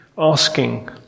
Asking